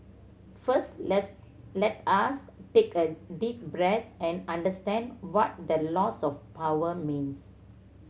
first let's let us take a deep breath and understand what the loss of power means